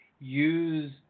use